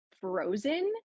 frozen